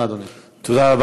תודה,